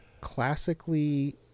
classically